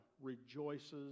rejoices